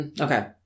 Okay